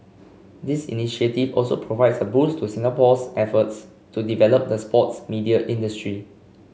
this initiative also provides a boost to Singapore's efforts to develop the sports media industry